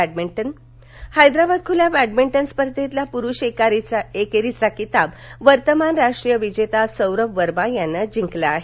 badminton Hyderabad खुल्या badminton स्पर्धेतील पुरुष एकेरीचा किताब वर्तमान राष्ट्रीय विजेता सौरभ वर्मा यानं जिंकली आहे